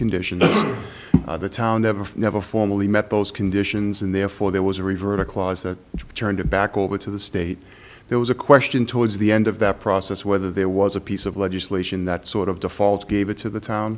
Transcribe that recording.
conditions the town never never formally met those conditions and therefore there was a river a clause that turned it back over to the state there was a question towards the end of that process whether there was a piece of legislation that sort of default gave it to the